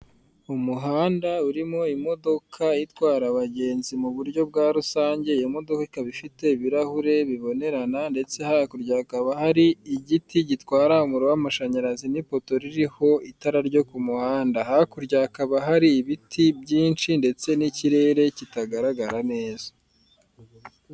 Umuhanda urimo imodoka itwara abagenzi mu buryo bwa rusange, iyo modoka ikaba ifite ibirahure bibonerana ndetse hakurya hakaba hari igiti gitwara umuriro w'amashanyarazi n'ipoto ririho itara ryo ku muhanda, hakurya hakaba hari ibiti byinshi ndetse n'ikirere kitagaragara neza.